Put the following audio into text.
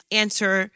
answer